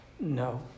no